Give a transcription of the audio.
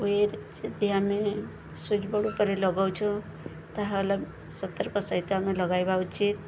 wire ଯଦି ଆମେ switch board ଉପରେ ଲଗଉଛୁ ତା'ହେଲେ ସତର୍କ ସହିତ ଆମେ ଲଗାଇବା ଉଚିତ